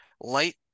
Light